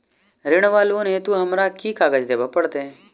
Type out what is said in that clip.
ऋण वा लोन हेतु हमरा केँ कागज देबै पड़त?